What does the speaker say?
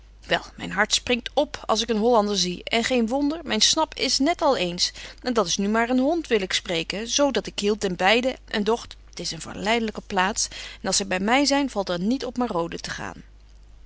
wel myn hart springt op als ik een hollander zie en geen wonder myn snap is net al eens en dat is nu maar een hond wil ik spreken zo dat ik hield hen beide en dogt t is een verleidelyke plaats en als zy by myn zyn valt er niet op marode te gaan